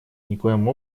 никоим